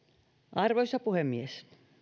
arvoisa puhemies